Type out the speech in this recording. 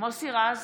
מוסי רז,